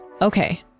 Okay